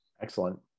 Excellent